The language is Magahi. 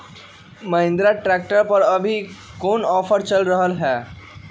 महिंद्रा ट्रैक्टर पर अभी कोन ऑफर चल रहा है?